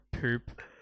poop